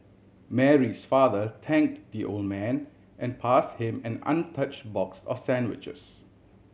Mary's father thank the old man and pass him an untouch box of sandwiches